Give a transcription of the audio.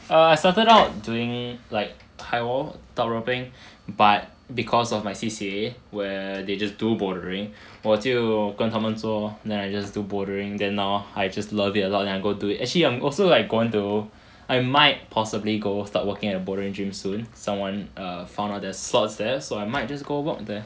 err I started out doing like high wall top roping but because of my C_C_A where they just do bouldering 我就跟他们做 then I just do bouldering then now I just love it a lot then I go do it actually I'm also like going to I might possibly go start working at a bouldering gym soon someone err found there's slots there so I might just work there